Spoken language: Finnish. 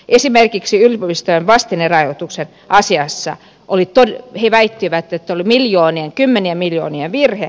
esimerkiksi yliopistojen vastinrahoitusasiassa he väittivät että oli miljoonien kymmenien miljoonien virhe